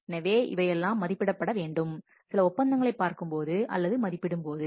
எனவே இவையெல்லாம் மதிப்பிடப்பட வேண்டும் சில ஒப்பந்தங்களை பார்க்கும் போது அல்லது மதிப்பிடும் போது